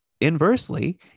inversely